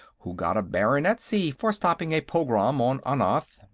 who got a baronetcy for stopping a pogrom on anath.